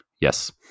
Yes